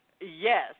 yes